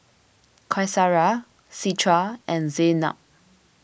Qaisara Citra and Zaynab